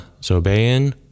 Zobayan